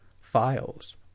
files